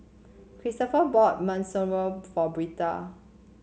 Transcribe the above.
Christoper bought Monsunabe for Britta